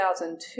2002